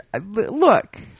Look